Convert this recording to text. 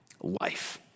life